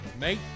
Mate